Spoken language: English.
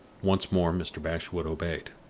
once more mr. bashwood obeyed.